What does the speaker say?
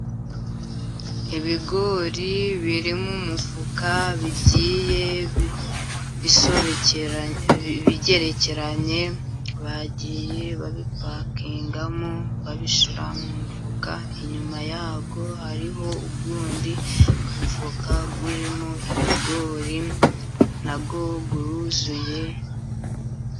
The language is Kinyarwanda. Ibigori biri mu mufuka bigiye bigerekeranye, bagiye babipakingamo, babishyira mu mufuka, inyuma yawo hariho undi mufuka, urimo ibigori nawo uruzuye.